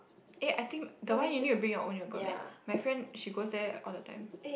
eh I think that one you need to bring your own yoga mat my friend she goes there all the time